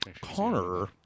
Connor